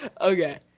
Okay